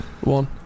One